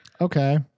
okay